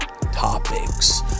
topics